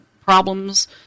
problems